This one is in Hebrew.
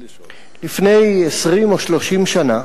לפני 20 או 30 שנה